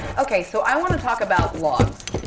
ok, so i want to talk about logs.